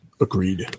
Agreed